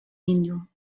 niño